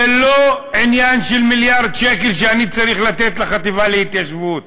זה לא עניין של מיליארד שקל שאני צריך לתת לחטיבה להתיישבות.